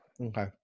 Okay